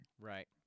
right